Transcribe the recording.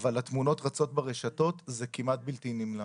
אבל התמונות רצות ברשתות, זה כמעט בלתי נמנע.